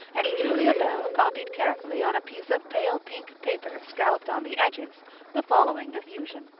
and julia bell copied carefully on a piece of pale pink paper scalloped on the edges the following effusion